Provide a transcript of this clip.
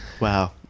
Wow